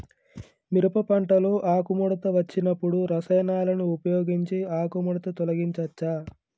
మిరప పంటలో ఆకుముడత వచ్చినప్పుడు రసాయనాలను ఉపయోగించి ఆకుముడత తొలగించచ్చా?